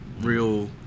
real